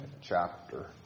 chapter